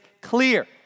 clear